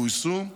גויסו,